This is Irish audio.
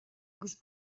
agus